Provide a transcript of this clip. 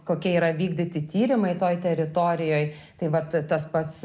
kokie yra vykdyti tyrimai toj teritorijoj tai vat tas pats